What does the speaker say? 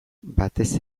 batez